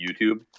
YouTube